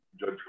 Judge